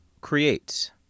creates